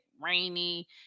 rainy